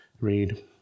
Read